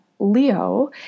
leo